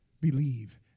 believe